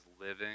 living